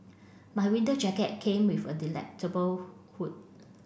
my winter jacket came with a hood